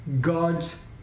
God's